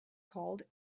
called